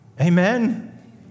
Amen